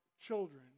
children